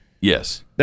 Yes